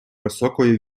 високою